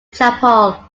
chapel